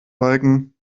balken